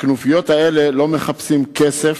הכנופיות האלה לא מחפשות כסף,